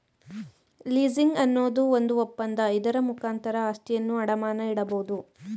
leasing ಅನ್ನೋದು ಒಂದು ಒಪ್ಪಂದ, ಇದರ ಮುಖಾಂತರ ಆಸ್ತಿಯನ್ನು ಅಡಮಾನ ಇಡಬೋದು